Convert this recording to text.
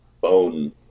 bone